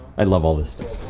i love all this stuff.